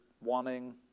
wanting